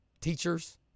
Teachers